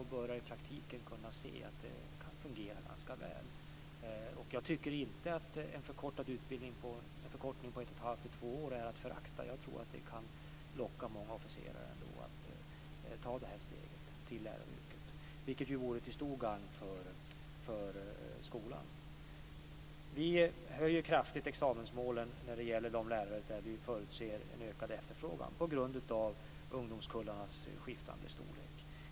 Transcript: Vi börjar se att det fungerar ganska väl i praktiken. Jag tycker inte att en förkortning av utbildningen med 1,5-2 år är att förakta. Jag tror att det kan locka många officerare att ta steget över till läraryrket. Det vore till stor gagn för skolan. Vi höjer examensmålen kraftigt när det gäller de lärare där vi förutser en ökad efterfrågan på grund av ungdomskullarnas skiftande storlek.